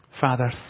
Father